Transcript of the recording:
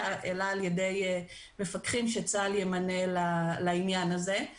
אלא על ידי מפקחים שצבא הגנה לישראל ימנה לעניין הזה.